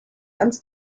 ans